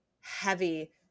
heavy